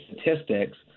statistics